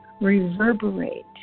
reverberate